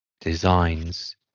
designs